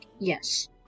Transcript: Yes